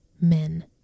men